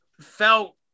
felt